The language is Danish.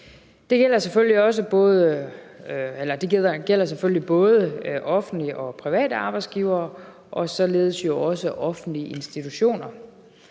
Det gælder selvfølgelig både offentlige og private arbejdsgivere og således jo også offentlige institutioner.